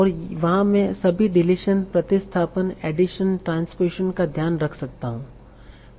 और वहां मैं सभी डिलीशन प्रतिस्थापन एडिसन ट्रांसपोजीसन का ध्यान रख सकता हूं